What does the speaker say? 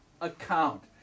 account